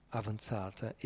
avanzata